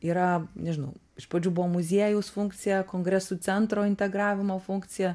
yra nežinau iš pradžių buvo muziejaus funkcija kongresų centro integravimo funkcija